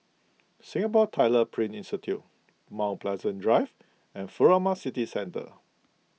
Singapore Tyler Print Institute Mount Pleasant Drive and Furama City Centre